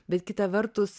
bet kita vertus